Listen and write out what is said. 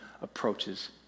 approaches